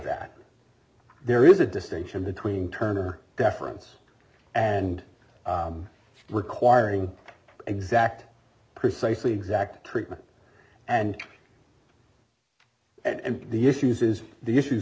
that there is a distinction between turner deference and requiring exact precisely exact treatment and and the issues is the issues